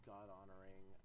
God-honoring